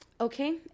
Okay